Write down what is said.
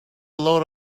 load